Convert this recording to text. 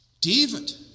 david